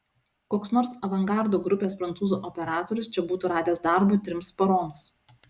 koks nors avangardo grupės prancūzų operatorius čia būtų radęs darbo trims paroms